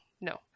no